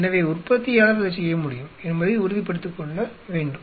எனவே உற்பத்தியாளர் அதைச் செய்ய முடியும் என்பதை உறுதிப்படுத்த வேண்டும்